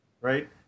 right